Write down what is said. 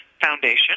Foundation